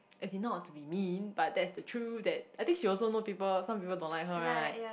as in not to be mean but that's the truth that I think she also know people some people don't like her right